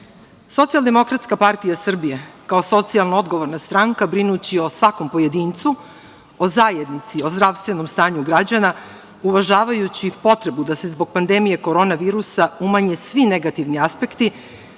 koleginice i kolege, SDPS, kao socijalno odgovorna stranka, brinući o svakom pojedincu, o zajednici, o zdravstvenom stanju građana, uvažavajući potrebu da se zbog pandemije korona virusa umanje svi negativni aspekti,